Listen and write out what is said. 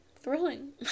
thrilling